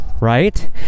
Right